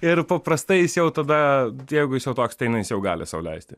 ir paprastai jis jau tada jeigu jis jau toks ateina jis jau gali sau leisti